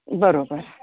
बरोबर